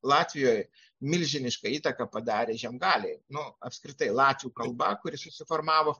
latvijoj milžinišką įtaką padarė žiemgaliai nu apskritai latvių kalba kuri susiformavo